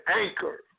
anchor